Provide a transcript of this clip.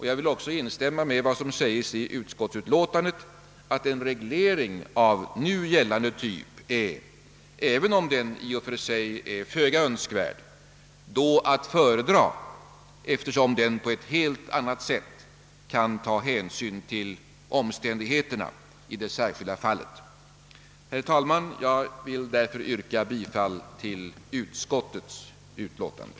Jag vill också instämma i vad som säges i utskottsutlåtandet: »En reglering av nu gällande typ är — även om den i och för sig är föga önskvärd — då att föredra eftersom den på ett helt annat sätt kan ta hänsyn till omständigheterna i det särskilda fallet.» Herr talman! Jag ber att få yrka bifall till utskottets hemställan.